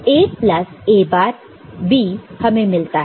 तो A plus A bar B हमें मिलता है